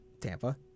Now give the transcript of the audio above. Tampa